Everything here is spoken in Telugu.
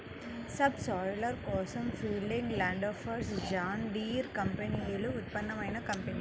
సబ్ సాయిలర్ కోసం ఫీల్డింగ్, ల్యాండ్ఫోర్స్, జాన్ డీర్ కంపెనీలు ఉత్తమమైన కంపెనీలు